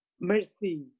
mercy